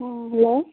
ହଁ ହେଲୋ